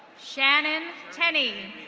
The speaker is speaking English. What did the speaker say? shannon tenny.